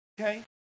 Okay